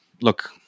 look